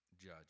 judge